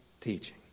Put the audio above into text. teaching